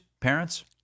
Parents